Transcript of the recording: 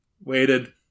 waited